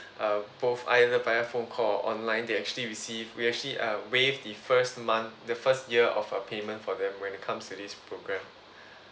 uh both either via phone call or online they actually receive we actually uh waive the first month the first year of uh payment for them when they come to this programme